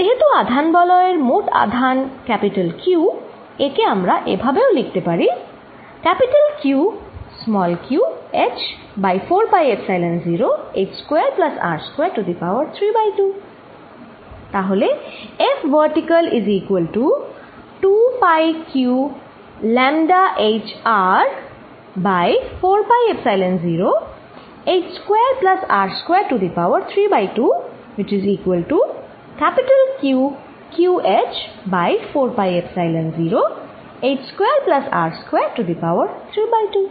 যেহেতু আধান বলয়ের মোট আধান Q একে আমরা এভাবেও লিখতে পারি Qq h by 4 pi epsilon h square plus R square to the power 32